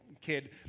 kid